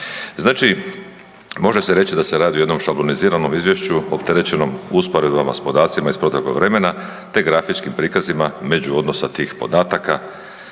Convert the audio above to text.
Znači, može se reći da se radi o jednom šabloniziranom izvješću opterećenom usporedbama s podacima iz proteklog vremena, te grafičkim prikazima međuodnosa tih podataka